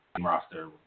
roster